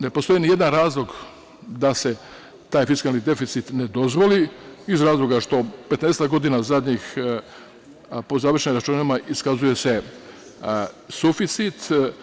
Ne postoji nijedan razlog da se taj fiskalni deficit ne dozvoli, iz razloga što 15-ak zadnjih godina po završenim računima iskazuje se suficit.